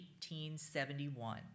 1871